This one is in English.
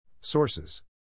Sources